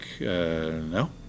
no